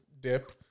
dip